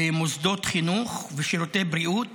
למוסדות חינוך ולשירותי בריאות